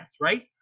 right